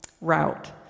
route